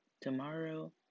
Tomorrow